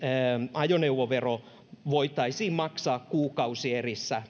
ajoneuvovero voitaisiin maksaa kuukausierissä